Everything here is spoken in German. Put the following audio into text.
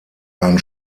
ein